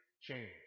change